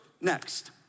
Next